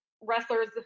wrestlers